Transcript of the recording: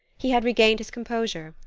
he had regained his composure,